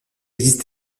existe